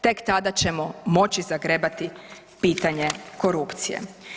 Tek tada ćemo moći zagrebati pitanje korupcije.